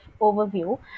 overview